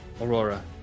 Aurora